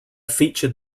feature